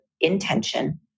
intention